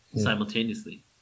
Simultaneously